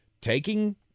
taking